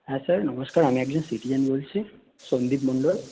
হ্যাঁ স্যার নমস্কার আমি একজন সিটিজেন বলছি সন্দীপ মণ্ডল